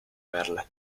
verla